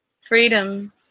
Freedom